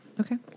Okay